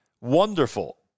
wonderful